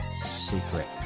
secret